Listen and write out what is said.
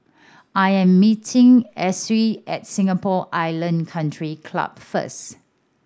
I am meeting Essie at Singapore Island Country Club first